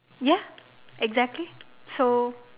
ya exactly so